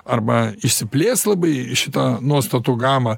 arba išsiplės labai šita nuostatų gama